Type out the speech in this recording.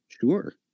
sure